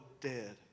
dead